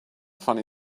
funny